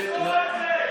לשבת.